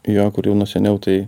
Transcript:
jo kurių nuo seniau tai